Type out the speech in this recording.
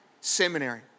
seminary